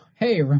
hey